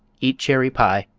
eat cherry pie,